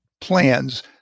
plans